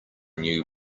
new